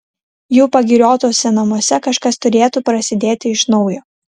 jų pagiriotuose namuose kažkas turėtų prasidėti iš naujo